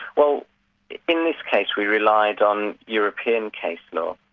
well in this case we relied on european case law,